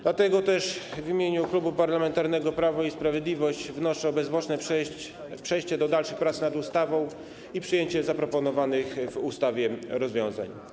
Dlatego też w imieniu Klubu Parlamentarnego Prawo i Sprawiedliwość wnoszę o bezzwłoczne przejście do dalszych prac nad ustawą i przyjęcie zaproponowanych w ustawie rozwiązań.